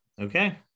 Okay